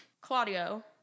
Claudio